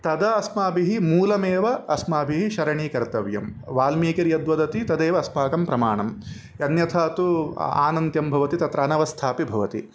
तदा अस्माभिः मूलमेव अस्माभिः शरणीकर्तव्यं वाल्मीकिः यद्वदति तदेव अस्माकं प्रमाणं अन्यथा तु आनन्त्यं भवति तत्र अनवस्थापि भवति